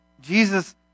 Jesus